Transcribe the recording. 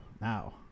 now